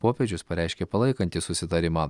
popiežius pareiškė palaikantis susitarimą